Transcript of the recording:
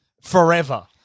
forever